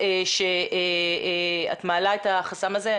שאת מעלה את החסם הזה.